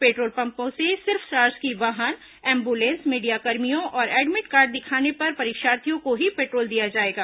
petrol पम्पों से सिर्फ शासकीय वाहन एंबुलेंस मीडियाकर्मियों और एडमिट कार्ड दिखाने पर परीक्षार्थियों को ही पेट्रोल दिया जाएगा